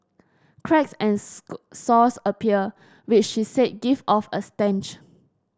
cracks and sores appear which she say give off a stench